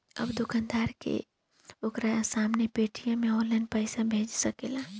अब दोकानदार के ओकरा सामने पेटीएम से ऑनलाइन पइसा भेजा सकेला